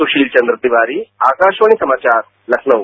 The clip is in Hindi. सुशील चंद्र तिवारी आकाशवाणी समाचार लखनऊ